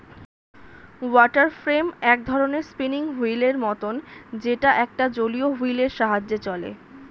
water frame এক ধরণের spinning wheel এর মতন যেটা একটা জলীয় হুইল এর সাহায্যে চলে